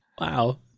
wow